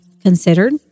considered